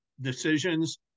decisions